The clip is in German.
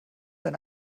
eine